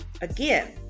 Again